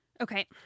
Okay